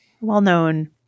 Well-known